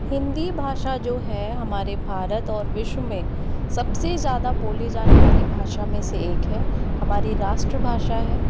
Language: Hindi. हिन्दी भाषा जो है हमारे भारत और विश्व में सबसे ज़्यादा बोली जाने वाली भाषा में से एक है हमारी राष्ट्र भाषा है